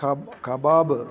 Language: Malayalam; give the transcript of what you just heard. കബാബ്